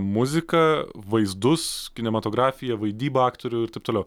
muziką vaizdus kinematografiją vaidybą aktorių ir taip toliau